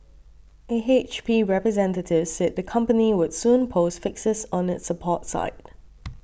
an H P representative said the company would soon post fixes on its support site